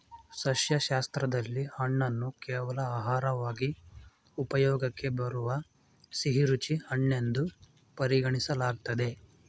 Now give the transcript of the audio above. ಸಸ್ಯಶಾಸ್ತ್ರದಲ್ಲಿ ಹಣ್ಣನ್ನು ಕೇವಲ ಆಹಾರವಾಗಿ ಉಪಯೋಗಕ್ಕೆ ಬರುವ ಸಿಹಿರುಚಿ ಹಣ್ಣೆನ್ದು ಪರಿಗಣಿಸಲಾಗ್ತದೆ